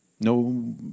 no